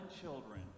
children